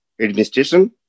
administration